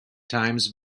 times